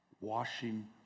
washing